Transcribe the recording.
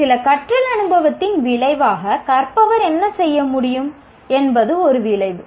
சில கற்றல் அனுபவத்தின் விளைவாக கற்பவர் என்ன செய்ய முடியும் என்பது ஒரு விளைவு